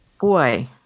Boy